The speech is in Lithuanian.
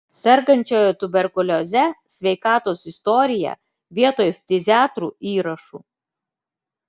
sergančiojo tuberkulioze sveikatos istoriją vietoj ftiziatrų įrašų